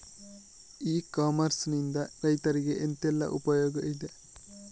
E commerce ನಿಂದ ರೈತರಿಗೆ ಎಂತೆಲ್ಲ ಉಪಯೋಗ ಇದೆ?